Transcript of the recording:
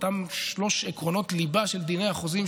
אותם שלושת עקרונות הליבה של דיני החוזים,